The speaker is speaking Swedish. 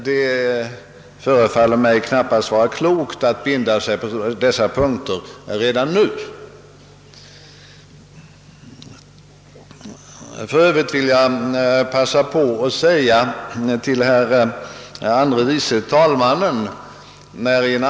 Det förefaller mig knappast vara klokt att redan nu binda sig på dessa punkter. I en annan reservation föreslår högern att införandet av TV 2 skall uppskjutas.